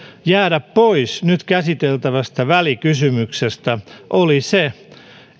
jäädä pois nyt käsiteltävästä välikysymyksestä oli se